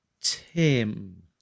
tim